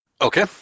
Okay